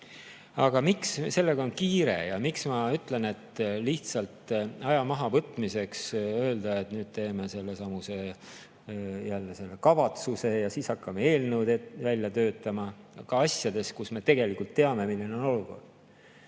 Aga miks sellega on kiire ja miks ma ütlen, et lihtsalt aja mahavõtmiseks öelda, et nüüd teeme jälle sellesamuse kavatsuse ja siis hakkame eelnõu välja töötama, ka asjades, mille puhul me tegelikult teame, milline on olukord?